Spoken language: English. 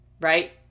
right